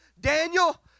Daniel